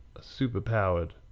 super-powered